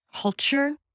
culture